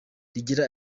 rigira